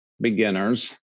beginners